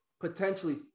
potentially